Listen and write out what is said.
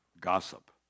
gossip